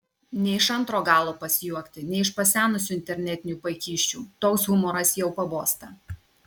ne iš antro galo pasijuokti ne iš pasenusių internetinių paikysčių toks humoras jau pabosta